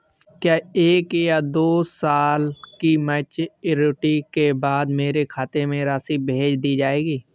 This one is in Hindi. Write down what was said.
क्या एक या दो साल की मैच्योरिटी के बाद मेरे खाते में राशि भेज दी जाएगी?